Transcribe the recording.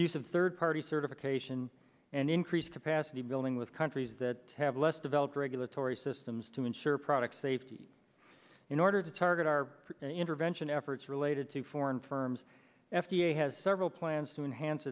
use of third party certification and increased capacity building with countries that have less developed regulatory systems to ensure product safety in order to target our intervention efforts related to foreign firms f d a has several plans to enhan